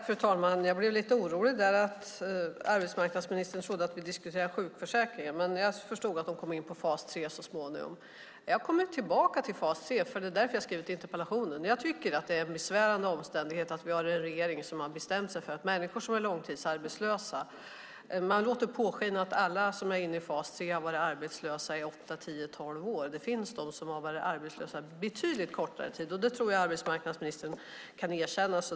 Fru talman! Jag blev lite orolig där att arbetsmarknadsministern trodde att vi diskuterade sjukförsäkringen, men jag förstod att hon kom in på fas 3 så småningom. Jag kommer tillbaka till fas 3, för det är därför jag har skrivit interpellationen: Jag tycker att det är en besvärande omständighet att vi har en regering som låter påskina att alla som är inne i fas 3 har varit arbetslösa i 8, 10 eller 12 år. Det finns de som har varit arbetslösa betydligt kortare tid, och det tror jag att arbetsmarknadsministern kan erkänna.